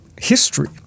history